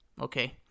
Okay